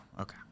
Okay